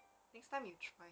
next time you try